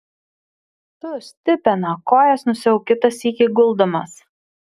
tu stipena kojas nusiauk kitą sykį guldamas